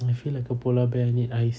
I feel like a polar bear need ice